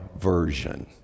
version